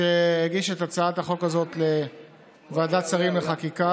שהגיש את הצעת החוק הזאת לוועדת שרים לחקיקה.